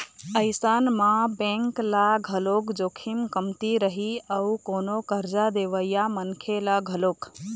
अइसन म बेंक ल घलोक जोखिम कमती रही अउ कोनो करजा देवइया मनखे ल घलोक